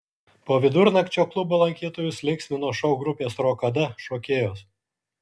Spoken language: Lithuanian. po vidurnakčio klubo lankytojus linksmino šou grupės rokada šokėjos